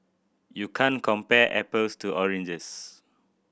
you can't compare apples to oranges